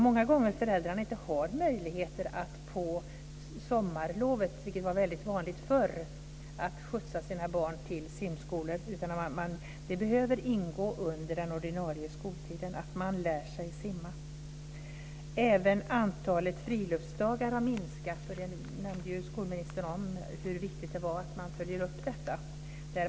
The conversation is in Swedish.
Många gånger har föräldrarna inte möjlighet att på sommarlovet, vilket var väldigt vanligt förr, skjutsa sina barn till simskolor. Simundervisning behöver ingå i den ordinarie skolundervisningen. Även antalet friluftsdagar har minskat. Skolministern nämnde hur viktigt det är att man följer upp detta.